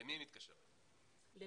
למי היא מתקשרת היום?